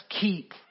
keep